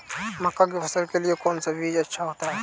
मक्का की फसल के लिए कौन सा बीज अच्छा होता है?